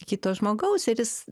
kito žmogaus ir jis